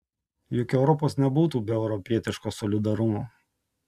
juk europos nebūtų be europietiško solidarumo